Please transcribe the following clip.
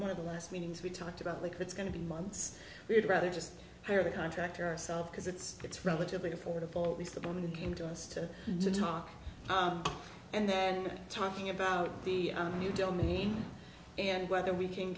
one of the last meetings we talked about like it's going to be months we'd rather just hire the contractor ourselves because it's relatively affordable it's the only came to us to talk and then talking about the new domain and whether we can